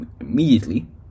immediately